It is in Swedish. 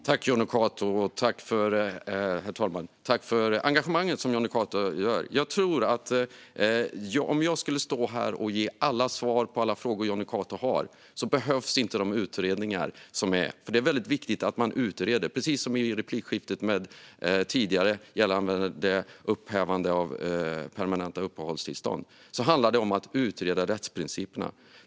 Herr talman! Jag tackar Jonny Cato för engagemanget. Jag tror att om jag skulle stå här och ge alla svar på alla frågor som Jonny Cato har behövs det inte utredningar, och det är väldigt viktigt att man utreder. Precis som jag sa i det tidigare replikskiftet gällande upphävande av permanenta uppehållstillstånd handlar det om att utreda rättsprinciperna.